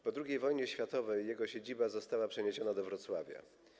Po II wojnie światowej jego siedziba została przeniesiona do Wrocławia.